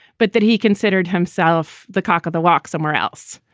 but that he considered himself the cock of the walk somewhere else.